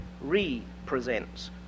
re-presents